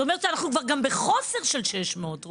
אומר שאנחנו כבר גם בחוסר של 600 רופאים.